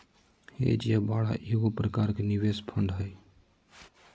hedge या बाड़ा एगो प्रकार के निवेश फंड हय